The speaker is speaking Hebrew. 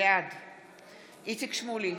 בעד איציק שמולי,